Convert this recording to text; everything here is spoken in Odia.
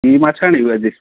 କି ମାଛ ଆଣିବୁ ଆଜି